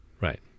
right